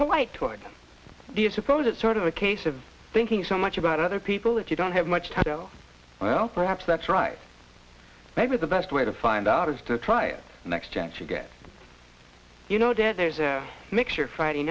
polite toward do you suppose it's sort of a case of thinking so much about other people that you don't have much to tell well perhaps that's right maybe the best way to find out is to try it the next chance you get you know that there's a mixture friday